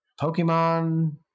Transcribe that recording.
Pokemon